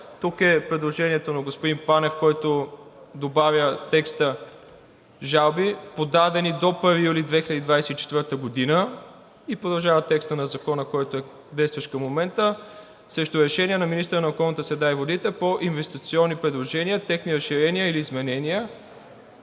тук е предложението на господин Панев, който добавя текста „подадени до 1 юли 2024 г. – и продължава текстът на Закона, действащ към момента – срещу решения на министъра на околната среда и водите по инвестиционни предложения, техни разширения или изменения,